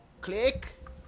click